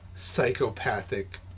psychopathic